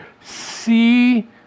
See